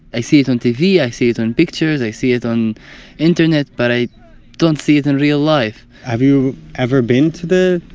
i see it on tv, i see it on pictures, i see it on internet but i don't see it in real life have you ever been to the,